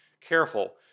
careful